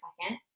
second